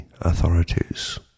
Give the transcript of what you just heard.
authorities